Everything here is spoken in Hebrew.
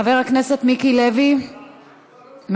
חבר הכנסת מיקי לוי, מוותר,